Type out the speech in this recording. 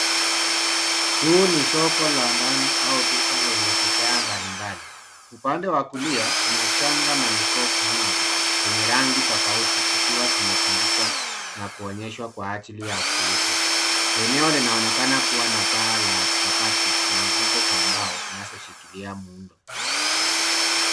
Huu ni soko la ndani au duka lenye bidhaa mbalimbali. Upande wa kulia, kuna shanga na mikufu mingi zenye rangi tofauti zikiwa zimetundikwa na kuonyeshwa kwa ajili ya kuuzwa. Eneo linaonekana kuwa na eneo la mabatina nguzo za mbao zinazoshikilia muundo.